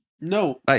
No